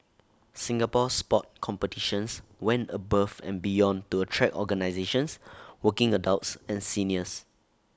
Singapore Sport competitions went above and beyond to attract organisations working adults and seniors